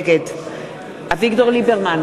נגד אביגדור ליברמן,